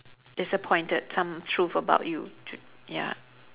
disappointed some truth about you ya